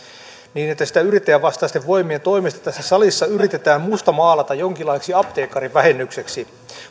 että sitä yrittäjävastaisten voimien toimesta tässä salissa yritetään mustamaalata jonkinlaiseksi apteekkarivähennykseksi